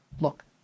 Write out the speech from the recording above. look